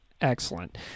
Excellent